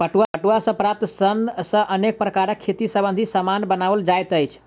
पटुआ सॅ प्राप्त सन सॅ अनेक प्रकारक खेती संबंधी सामान बनओल जाइत अछि